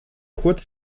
kurz